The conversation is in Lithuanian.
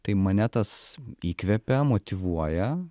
tai mane tas įkvepia motyvuoja